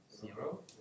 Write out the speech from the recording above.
Zero